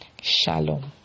Shalom